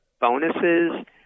bonuses